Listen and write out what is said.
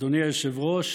אדוני היושב-ראש,